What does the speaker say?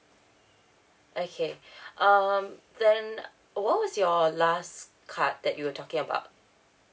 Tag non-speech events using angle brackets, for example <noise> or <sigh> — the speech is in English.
okay <breath> um then what was your last card that you were talking about